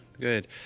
good